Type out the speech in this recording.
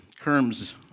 Kerms